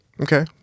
Okay